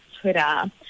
Twitter